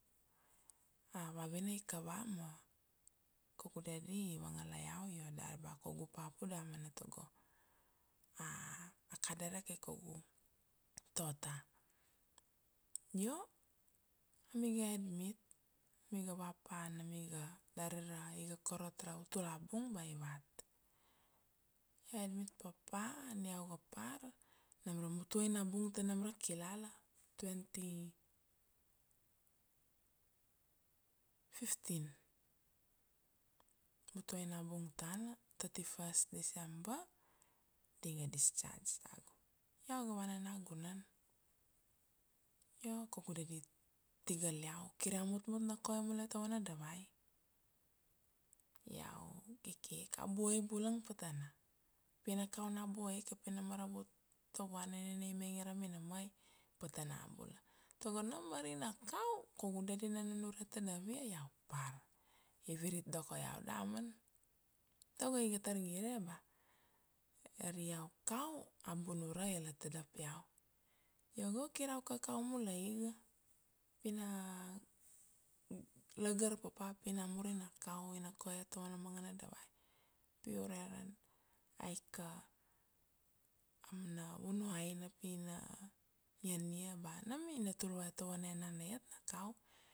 a vavina i kava ma kaugu daddy i vangala iau, io dari ba kaugu papu damana tago a kadere kai kaugu tota. Io, ami ga admit, ami ga va pa nam iga dari ra iga korot ra utula bung ba ivat. Io admit papa, ania iau ga par, nam ra mutuaina bung ta nam ra kilala twenty fifteen, mutuaina bung tana thirty first December di ga discharge tagu. Io iau ga vana nagunan, io kaugu daddy i tigal iau kir iau mutmut na koe mule ta vana davai. Iau kiki ika, a buai bulang patana, pi na kau na buai ika pi na maravut ta vuana nina ni mainge ra minamai, patana bula. Tago nam ari na kau, kaugu daddy na nunure tadav ia iau par, i virit doka iau damana. Tago iga tar gire ba, ari iau kau a bunura ia la tadap iau, io go kir iau kakau mulai iga, pi na lagar papa pi namur ina kau, ina koe tava na manga na davai, pi ure ra, aika a mana vunuaina pi na iania, ba nam ina tul vue iat tava na enana iat na kau